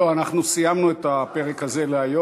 לא, אנחנו סיימנו את הפרק הזה להיום,